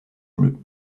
bleus